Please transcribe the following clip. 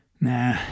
Nah